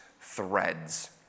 threads